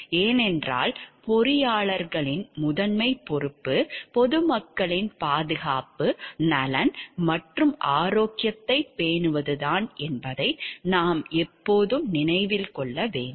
ஏனென்றால் பொறியாளர்களின் முதன்மைப் பொறுப்பு பொதுமக்களின் பாதுகாப்பு நலன் மற்றும் ஆரோக்கியத்தைப் பேணுவதுதான் என்பதை நாம் எப்போதும் நினைவில் கொள்ள வேண்டும்